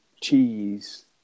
cheese